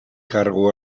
kargu